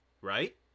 right